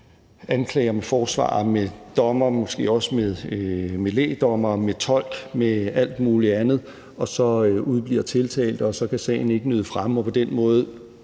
anklager, med forsvarer, med dommer, måske også med lægdommere, med tolk, med alt mulig andet, og så udebliver tiltalte, og så kan sagen ikke nyde fremme, og på den måde